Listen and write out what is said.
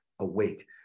awake